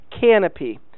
canopy